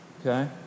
Okay